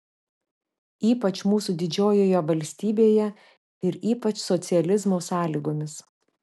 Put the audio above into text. ypač mūsų didžiojoje valstybėje ir ypač socializmo sąlygomis